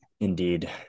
Indeed